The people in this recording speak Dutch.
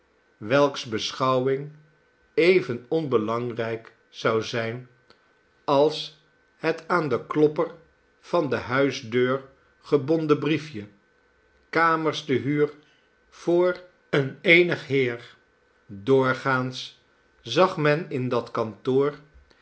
welks beschouwing even onbelangrijk zou zijn als het aan den klopper van de huisdeur gebonden brief je earners te huur voor een eenig heer doorgaans zag men in dat kantoor